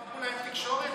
גם תחברו להם תקשורת,